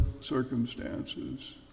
circumstances